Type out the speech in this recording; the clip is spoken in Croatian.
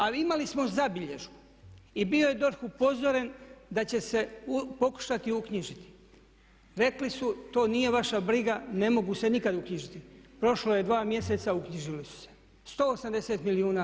Ali imali smo zabilješku i bio je DORH upozoren da će se pokušati uknjižiti, rekli su to nije vaša briga, ne mogu se nikad uknjižiti, prošlo je dva mjeseca, uknjižili su se, 180 kuna.